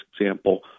example